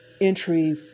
entry